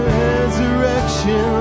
resurrection